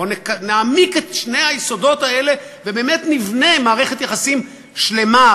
בוא נעמיק את שני היסודות האלה ובאמת נבנה מערכת יחסים שלמה,